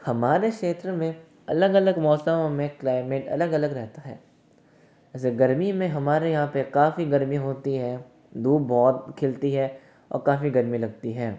हमारे क्षेत्र में अलग अलग मौसमों में क्लाइमेट अलग अलग रहता है जैसे गर्मी में हमारे यहाँ पे काफ़ी गर्मी होती है धूप बहुत खिलती है और काफ़ी गर्मी लगती है